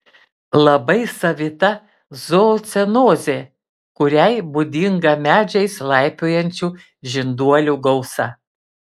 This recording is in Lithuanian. labai savita zoocenozė kuriai būdinga medžiais laipiojančių žinduolių gausa